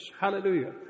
Hallelujah